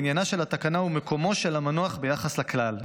עניינה של התקנה הוא מקומו של המנוח ביחס לכלל.